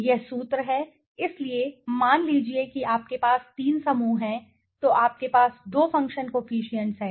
यह सूत्र है इसलिए मान लीजिए कि आपके पास तीन समूह हैं तो आपके पास दो फ़ंक्शन कोफिशिएंट्स हैं